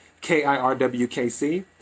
K-I-R-W-K-C